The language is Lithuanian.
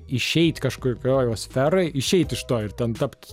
išeit kažkokioj osferoj išeiti iš to ir ten tapt